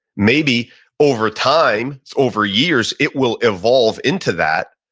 maybe over time, over years it will evolve into that,